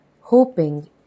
hoping